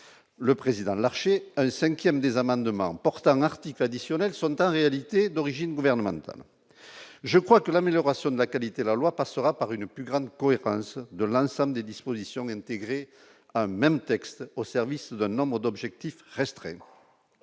le président de l'Arche et 5ème des amendements un article additionnel sont en réalité d'origine gouvernementale, je crois que l'amélioration de la qualité, la loi passera par une plus grande cohérence de l'ensemble des dispositions intégrer un même texte au service de nombres d'objectifs resterait